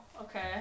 Okay